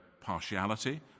partiality